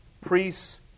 priests